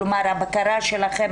כלומר איך מתבטאת הבקרה שלכם,